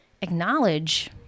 acknowledge